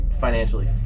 financially